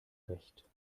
recht